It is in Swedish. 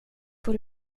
får